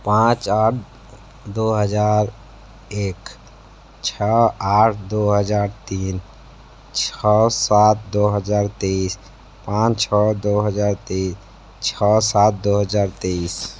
पाँच आठ दो हज़ार एक छः आठ दो हज़ार तीन छः सात दो हज़ार तेईस पांच छः दो हज़ार तीन छः सात दो हज़ार तेईस